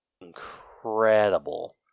incredible